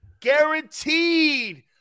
guaranteed